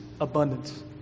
abundance